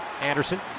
Anderson